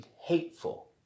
hateful